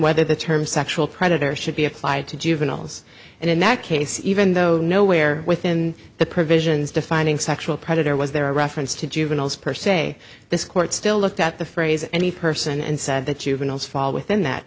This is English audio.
whether the term sexual predator should be applied to juveniles and in that case even though nowhere within the provisions defining sexual predator was there a reference to juveniles per se this court still looked at the phrase any person and said that you can also fall within that